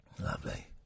Lovely